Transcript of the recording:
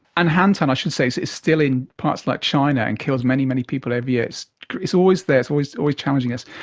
and hantaan, i should say, so is still in parts like china and kills many, many people every year, is always there, it's always always challenging us.